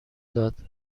داد